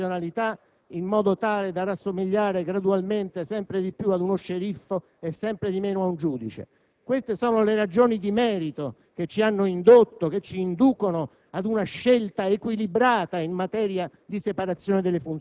svolgerà un'attività, maturerà delle abitudini, cristallizzerà la propria professionalità, in modo tale da assomigliare gradualmente sempre di più ad uno sceriffo e sempre di meno ad un giudice.